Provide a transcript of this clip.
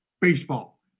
baseball